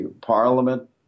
Parliament